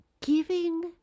giving